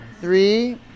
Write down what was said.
Three